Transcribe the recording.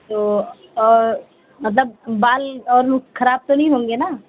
تو اور مطلب بال اور وہ خراب تو نہیں ہوں گے نا